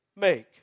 make